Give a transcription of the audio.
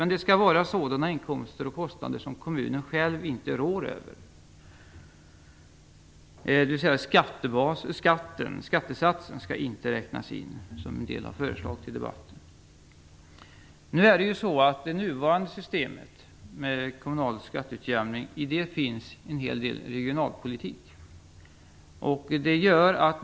Men det skall vara sådana inkomster och kostnader som kommunen själv inte rår över, dvs. skattesatsen skall inte, som en del har föreslagit i debatten, räknas in. I det nuvarande systemet för kommunal skatteutjämning finns en hel del regionalpolitiska inslag.